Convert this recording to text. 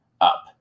up